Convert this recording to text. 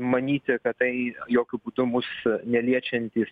manyti kad tai jokiu būdu mus neliečiantis